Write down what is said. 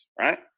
right